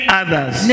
others